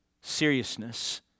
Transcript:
seriousness